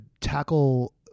tackle